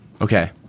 Okay